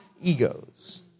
egos